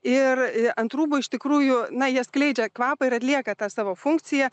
ir a ant rūbų iš tikrųjų na jie skleidžia kvapą ir atlieka tą savo funkciją